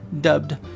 dubbed